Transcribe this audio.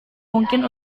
mungkin